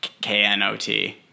K-N-O-T